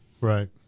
Right